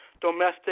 domestic